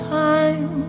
time